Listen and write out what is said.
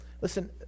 Listen